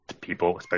people